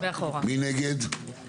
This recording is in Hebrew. מי נגד?